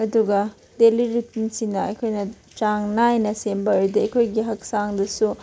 ꯑꯗꯨꯒ ꯗꯦꯂꯤ ꯔꯨꯇꯤꯟꯁꯤꯅ ꯑꯩꯈꯣꯏꯅ ꯆꯥꯡ ꯅꯥꯏꯅ ꯁꯦꯝꯕ ꯑꯣꯏꯔꯗꯤ ꯑꯩꯈꯣꯏꯒꯤ ꯍꯛꯆꯥꯡꯗꯁꯨ